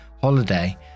holiday